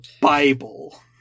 Bible